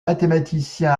mathématicien